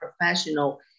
professional